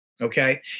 Okay